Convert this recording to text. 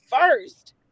first